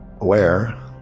aware